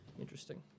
Interesting